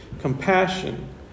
compassion